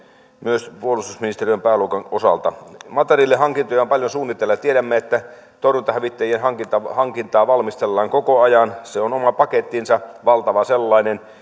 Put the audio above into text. myös puolustusministeriön pääluokan osalta materiaalihankintoja on paljon suunnitteilla ja tiedämme että torjuntahävittäjien hankintaa hankintaa valmistellaan koko ajan se on oma pakettinsa valtava sellainen